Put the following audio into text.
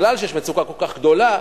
בגלל שיש מצוקה כל כך גדולה,